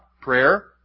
Prayer